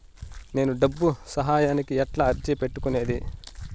నేను డబ్బు సహాయానికి ఎట్లా అర్జీ పెట్టుకునేది?